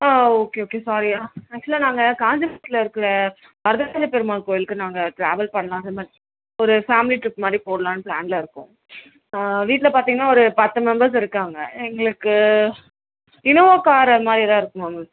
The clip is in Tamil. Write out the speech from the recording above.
ஆ ஓகே ஓகே சாரி ஆக்சுவலாக நாங்கள் காஞ்சிபுரத்தில் இருக்கிற வரதராஜப்பெருமாள் கோயிலுக்கு நாங்கள் ட்ராவல் பண்ணலாம் ஒரு ஃபேமிலி ட்ரிப்மாதிரி போகலான்னு ப்ளானில் இருக்கோம் வீட்டில் பார்த்தீங்கன்னா ஒரு பத்து மெம்பர்ஸ் இருக்காங்க எங்களுக்கு இனோவா கார் அதுமாதிரி எதாவது இருக்குமா மேம்